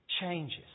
Changes